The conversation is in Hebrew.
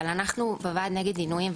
אבל אנחנו בוועד נגד עינויים,